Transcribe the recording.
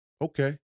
okay